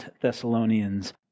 Thessalonians